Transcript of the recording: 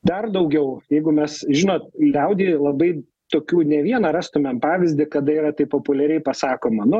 dar daugiau jeigu mes žinot liaudy labai tokių ne vieną rastumėm pavyzdį kada yra taip populiariai pasakoma nu